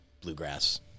bluegrass